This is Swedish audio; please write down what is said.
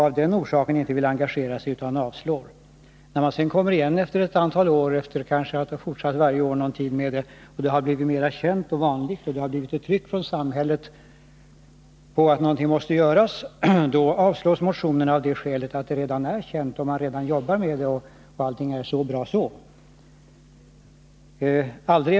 När man några år senare — efter att ha motionerat varje år och då problemen har blivit kända och det har uppstått ett tryck från samhället på att någonting måste göras — kommer igen med samma motionskrav, avslås motionen av det skälet att problemen redan är kända, att man redan jobbar med dem och att allting därför är så bra.